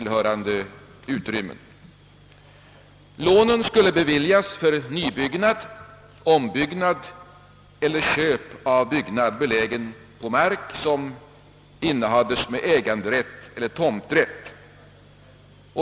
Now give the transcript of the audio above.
Lånen skulle beviljas för nybyggnad, ombyggnad eller köp av byggnad belägen på mark, som inneha des med äganderätt eller tomträtt.